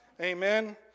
amen